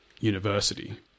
university